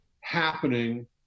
happening